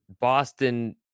Boston